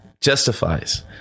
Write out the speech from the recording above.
justifies